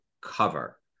cover